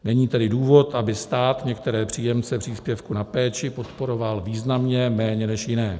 Není tedy důvod, aby stát některé příjemce příspěvku na péči podporoval významně méně než jiné.